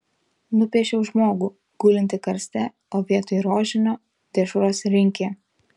nupiešiau žmogų gulintį karste o vietoj rožinio dešros rinkė